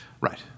Right